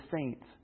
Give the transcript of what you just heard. saints